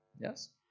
Yes